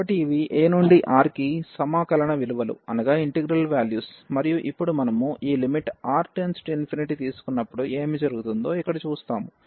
కాబట్టి ఇవి a నుండి R కి సమాకలాన విలువలు మరియు ఇప్పుడు మనము ఈ R→∞ తీసుకున్నప్పుడు ఏమి జరుగుతుందో ఇక్కడ చూస్తాము